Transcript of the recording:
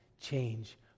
change